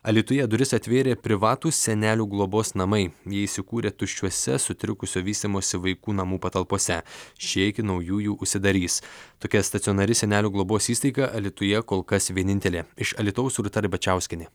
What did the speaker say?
alytuje duris atvėrė privatūs senelių globos namai jie įsikūrė tuščiuose sutrikusio vystymosi vaikų namų patalpose šie iki naujųjų užsidarys tokia stacionari senelių globos įstaiga alytuje kol kas vienintelė iš alytaus rūta ribačiauskienė